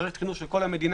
מערכת החינוך של המדינה.